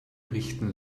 richten